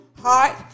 heart